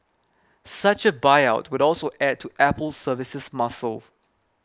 such a buyout would also add to Apple's services muscle